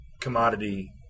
commodity